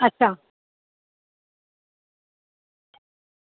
अच्छा